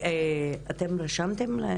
אתם רשמתם שם